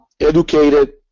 educated